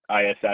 iss